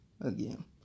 Again